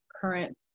current